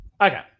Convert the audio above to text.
Okay